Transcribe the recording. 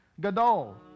Gadol